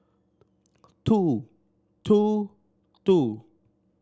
two two two